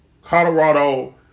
Colorado